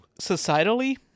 societally